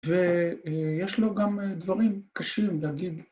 ויש לו גם דברים קשים להגיד.